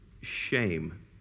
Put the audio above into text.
shame